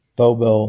，Bobo 。